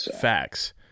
Facts